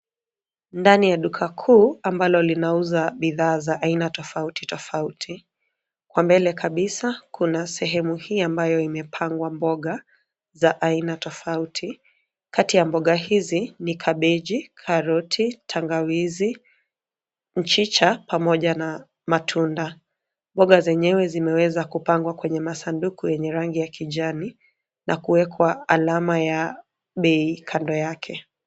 Ndani ya dukakuu ambalo linauza bidhaa za aina tofauti tofauti. Kwa mbele kabisa kuna sehemu hii ambayo imepangwa mboga za aina tofauti. Kati ya mboga hizi ni kabeji, karoti, tangawizi, mchicha pamoja na matunda. Mboga zenyewe zimeweza kupangwa kwenye masanduku yenye rangi ya kijani na kuwekwa alama ya bei kando yake.